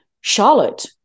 Charlotte